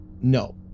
No